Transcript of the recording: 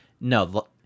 no